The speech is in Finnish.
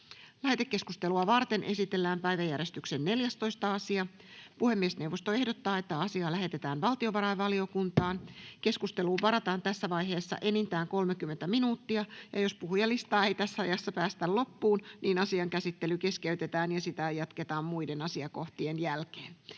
Lähetekeskustelua varten esitellään päiväjärjestyksen 15. asia. Puhemiesneuvosto ehdottaa, että asia lähetetään liikenne- ja viestintävaliokuntaan. Keskusteluun varataan tässä vaiheessa enintään 30 minuuttia. Jos puhujalistaa ei ehditä käydä läpi, asian käsittely keskeytetään ja sitä jatketaan muiden asioiden jälkeen.